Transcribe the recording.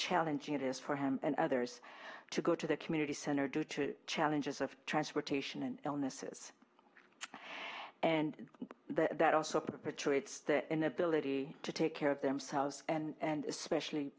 challenging it is for him and others to go to the community center due to challenges of transportation and illnesses and that also perpetrates their inability to take care of themselves and especially